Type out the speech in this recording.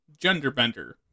Genderbender